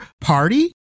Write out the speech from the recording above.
party